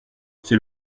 c’est